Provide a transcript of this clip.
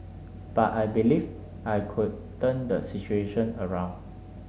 but I believed I could turn the situation around